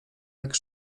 jak